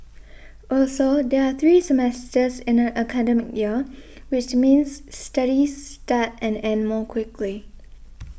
also there are three semesters in an academic year which means studies start and end more quickly